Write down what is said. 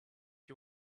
you